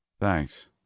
Thanks